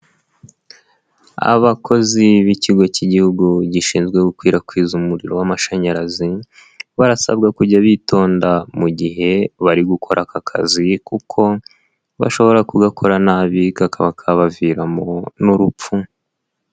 Abakozi b'ikigo cy'igihugu gishinzwe gukwirakwiza umuriro w'amashanyarazi barasabwa kujya bitonda mu gihe bari gukora aka kazi kuko bashobora kugakora nabi kakabaviramo n'urupfu.